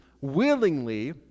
willingly